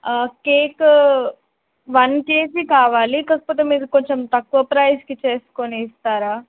cake one kg కావాలి కాకపోతే మీరు కొంచెం తక్కువ ప్రైస్కి చేసుకొని ఇస్తారా